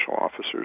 officer's